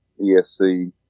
ESC